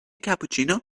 cappuccino